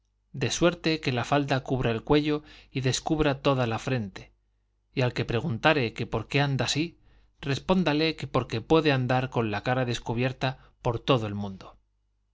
de suerte que la falda cubra el cuello y descubra toda la frente y al que preguntare que por qué anda así respóndale que porque puede andar con la cara descubierta por todo el mundo